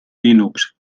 linux